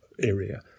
area